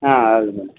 ಹಾಂ ಹೌದು ಮೇಡಮ್